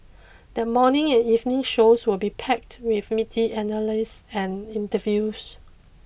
the morning and evening shows will be packed with meaty analyses and interviews